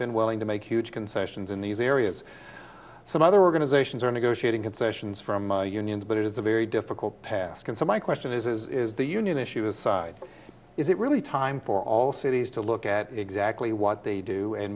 been willing to make huge concessions in these areas some other organizations are negotiating concessions from unions but it is a very difficult task and so my question is is the union issue aside is it really time for all cities to look at exactly what they do and